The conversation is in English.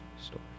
story